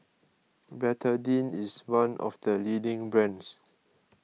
Betadine is one of the leading brands